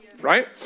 Right